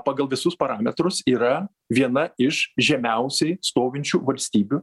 pagal visus parametrus yra viena iš žemiausiai stovinčių valstybių